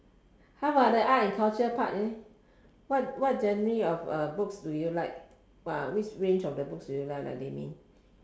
how about the art and culture part leh what what genre of uh books do you like which range of books do you like mainly